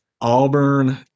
Auburn